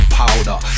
powder